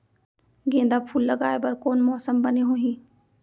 गेंदा फूल लगाए बर कोन मौसम बने होही?